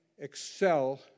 excel